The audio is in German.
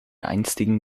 einstigen